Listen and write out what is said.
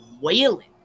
wailing